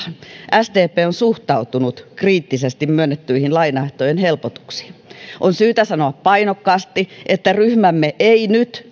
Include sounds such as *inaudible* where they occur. sdp on suhtautunut kriittisesti myönnettyihin lainaehtojen helpotuksiin on syytä sanoa painokkaasti että ryhmämme ei hyväksy nyt *unintelligible*